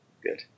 Good